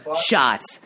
Shots